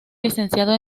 licenciado